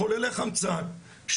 מחוללי חמצן,